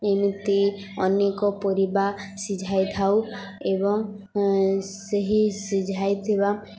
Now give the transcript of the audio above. ଏମିତି ଅନେକ ପରିବା ସିଝାଇ ଥାଉ ଏବଂ ସେହି ସିଝାଇ ଥିବା